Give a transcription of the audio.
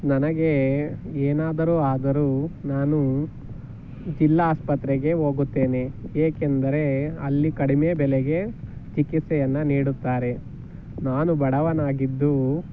ನನಗೆ ಏನಾದರೂ ಆದರೂ ನಾನು ಜಿಲ್ಲಾ ಆಸ್ಪತ್ರೆಗೇ ಹೋಗುತ್ತೇನೆ ಏಕೆಂದರೆ ಅಲ್ಲಿ ಕಡಿಮೆ ಬೆಲೆಗೆ ಚಿಕಿತ್ಸೆಯನ್ನ ನೀಡುತ್ತಾರೆ ನಾನು ಬಡವನಾಗಿದ್ದು